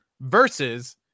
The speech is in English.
versus